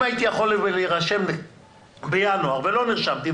הייתי יכול להירשם בינואר ולא נרשמתי,